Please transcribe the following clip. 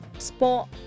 Sport